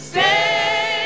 Stay